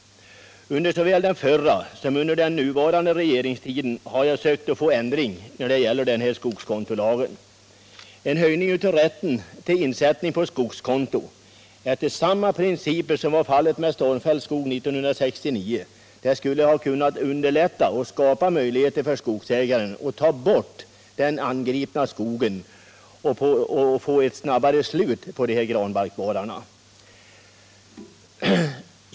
Under såväl den förra som den nuvarande regeringens tid har jag försökt att få ändring när det gäller skogskontolagen. En höjning i fråga om rätten till insättning på skogskonto efter samma principer som gällde vid stormfälld skog 1969 skulle ha kunnat underlätta och skapa möjligheter för skogsägaren att ta bort den angripna skogen och snabbare få slut på granbarkborrarna.